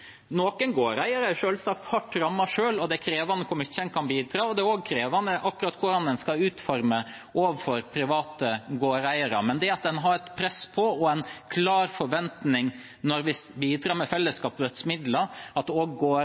Noen gårdeiere er selvsagt hardt rammet selv, og det er krevende hvor mye en kan bidra. Det er også krevende akkurat hvordan det skal utformes overfor private gårdeiere. Men det at en har et press på – og en klar forventning når man bidrar med fellesskapets midler – at